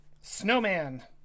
Snowman